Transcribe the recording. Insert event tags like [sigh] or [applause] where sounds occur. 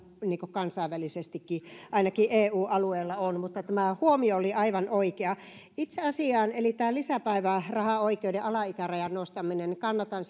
kansainvälisestikin ainakin eu alueella mutta tämä huomio oli aivan oikea itse asiaan eli tähän lisäpäivärahaoikeuden alaikärajan nostamiseen kannatan [unintelligible]